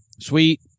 Sweet